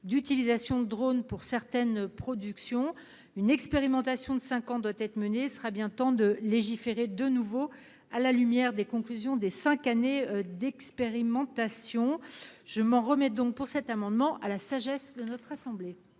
d'utilisation de drones pour certaines productions. Une expérimentation de cinq ans doit être menée. Il sera bien temps de légiférer de nouveau à la lumière des conclusions qu'on pourra en tirer. Je m'en remets donc, pour cet amendement, à la sagesse de notre assemblée.